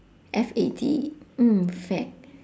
F A D mm fad